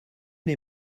les